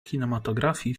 kinematografii